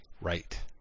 right